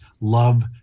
love